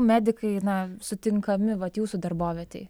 medikai na sutinkami vat jūsų darbovietėj